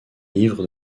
ivre